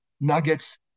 nuggets